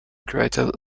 created